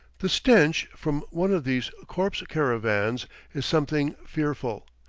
the stench from one of these corpse-caravans is something fearful,